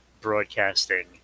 Broadcasting